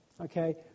okay